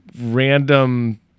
random